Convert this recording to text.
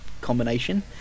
combination